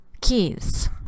keys